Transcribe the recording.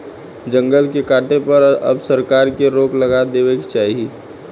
जंगल के काटे पर अब सरकार के रोक लगा देवे के चाही